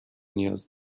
نیاز